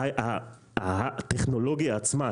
הטכנולוגיה עצמה,